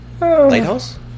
Lighthouse